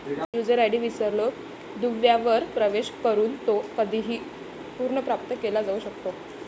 user ID विसरलो दुव्यावर प्रवेश करून तो कधीही पुनर्प्राप्त केला जाऊ शकतो